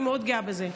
ואני מאוד גאה בזה.